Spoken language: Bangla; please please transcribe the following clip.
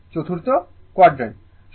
এটা চতুর্থ কোয়াডর্যান্ট